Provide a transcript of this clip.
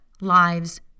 lives